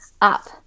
up